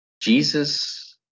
Jesus